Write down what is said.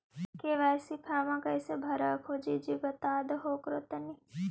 KYC फॉर्मा कैसे भरा हको जी बता उसको हको तानी?